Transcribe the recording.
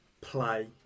play